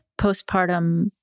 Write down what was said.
postpartum